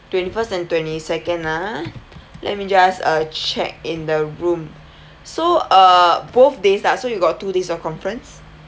twenty first and twenty second ah let me just uh check in the room so err both days ah so you got two days of conference